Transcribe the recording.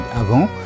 avant